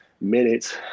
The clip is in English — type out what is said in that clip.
minutes